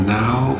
now